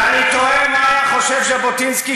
ואני תוהה מה היה חושב ז'בוטינסקי,